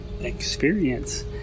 experience